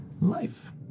life